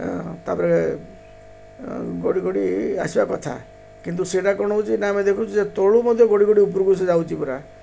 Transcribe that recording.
ତା'ପରେ ଗଡ଼ି ଗଡ଼ି ଆସିବା କଥା କିନ୍ତୁ ସେଇଟା କ'ଣ ହେଉଛି ନା ଆମେ ଦେଖୁଛୁ ଯେ ତଳୁ ମଧ୍ୟ ଗଡ଼ି ଗଡ଼ି ଉପରକୁ ସେ ଯାଉଛି ପୁରା